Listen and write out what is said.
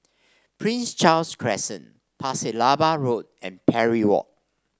Prince Charles Crescent Pasir Laba Road and Parry Walk